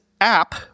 app